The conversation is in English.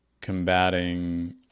combating